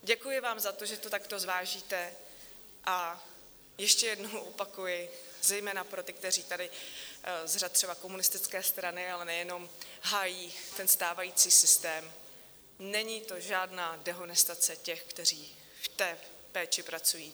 Děkuji vám za to, že to takto zvážíte, a ještě jednou opakuji zejména pro ty, kteří tady z řad třeba komunistické strany, ale nejenom, hájí ten stávající systém: není to žádná dehonestace těch, kteří v té péči pracují.